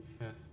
yes